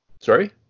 Sorry